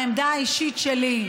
העמדה האישית שלי,